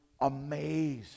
amazed